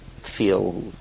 feel